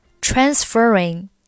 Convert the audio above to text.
Transferring